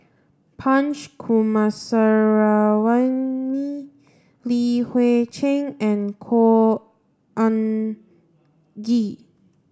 Punch Coomaraswamy Li Hui Cheng and Khor Ean Ghee